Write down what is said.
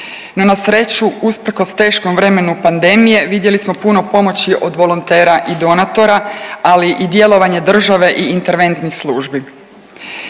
No na sreću usprkos teškom vremenu pandemije vidjeli smo puno pomoći od volontera i donatora, ali i djelovanje države i interventnih službi.